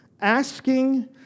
asking